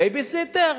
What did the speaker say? בייבי-סיטר?